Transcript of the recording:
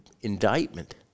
indictment